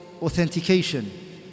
authentication